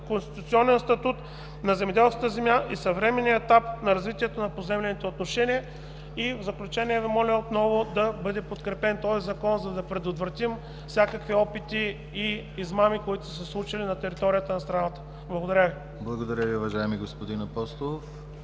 конституционен статут на земеделската земя и съвременния етап на развитието на поземлените отношения. В заключение Ви моля отново да бъде подкрепен този Закон, за да предотвратим всякакви опити и измами, които са се случили на територията на страната. Благодаря Ви. ПРЕДСЕДАТЕЛ ДИМИТЪР ГЛАВЧЕВ: Благодаря Ви, уважаеми господин Апостолов.